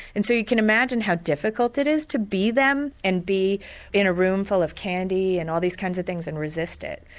and so you can imagine how difficult it is to be them and be in a room full of candy and all these kinds of things and resist it.